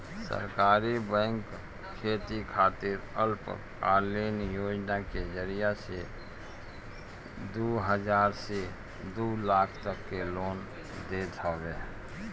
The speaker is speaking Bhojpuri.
सहकारी बैंक खेती खातिर अल्पकालीन योजना के जरिया से दू हजार से दू लाख तक के लोन देत हवे